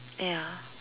ya